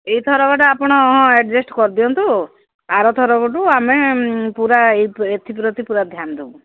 ଏଇଥରକଟା ଆପଣ ହଁ ଆଡଜଷ୍ଟ କରିଦିଅନ୍ତୁ ଆରଥରକଠୁ ଆମେ ପୁରା ଏଥିପ୍ରତି ପୁରା ଧ୍ୟାନ ଦେବୁ